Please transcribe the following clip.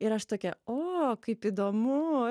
ir aš tokia o kaip įdomu